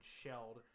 shelled